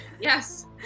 Yes